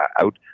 out